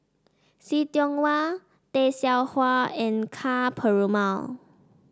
See Tiong Wah Tay Seow Huah and Ka Perumal